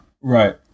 Right